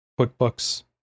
QuickBooks